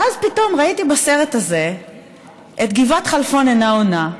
ואז פתאום ראיתי בסרט הזה את גבעת חלפון אינה עונה,